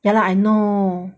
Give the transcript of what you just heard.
ya lah I know